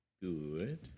Good